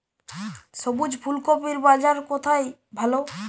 সবুজ ফুলকপির বাজার কোথায় ভালো?